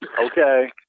Okay